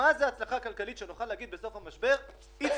מהי הצלחה כלכלית שנוכל להגיד בסוף המשבר "הצלחנו"?